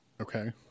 Okay